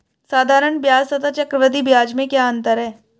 साधारण ब्याज तथा चक्रवर्धी ब्याज में क्या अंतर है?